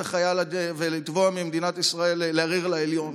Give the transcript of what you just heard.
החייל הזה ולתבוע ממדינת ישראל לערער לעליון.